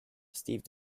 steve